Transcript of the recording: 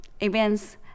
events